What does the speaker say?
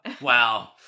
Wow